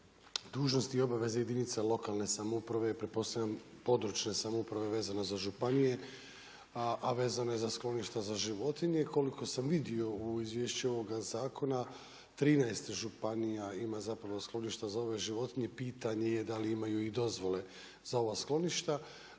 dužnosti i obaveza jedinica lokalne samouprave i pretpostavljam i područne samouprave vezano za županije, a vezano je za skloništa za životinje i koliko sam vidio u izvješću ovoga zakona 13 županija ima skloništa za ove životinja, pitanje je da li imaju i dozvole za ova skloništa.